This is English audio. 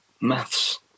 maths